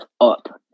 up